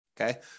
Okay